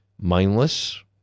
mindless